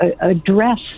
address